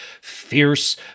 Fierce